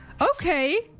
Okay